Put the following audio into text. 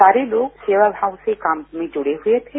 सारे लोग सेवामाव से काम में जुड़े हुए थे